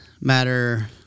matter